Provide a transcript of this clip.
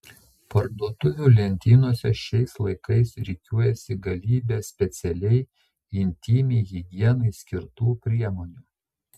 parduotuvių lentynose šiais laikais rikiuojasi galybė specialiai intymiai higienai skirtų priemonių